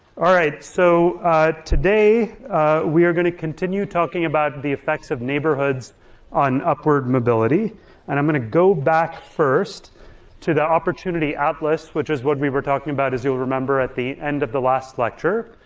so today we're gonna continue talking about the effects of neighborhoods on upward mobility and i'm gonna go back first to the opportunity atlas which is what we were talking about as you'll remember at the end of the last lecture.